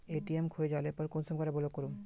ATM खोये जाले पर कुंसम करे ब्लॉक करूम?